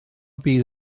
bydd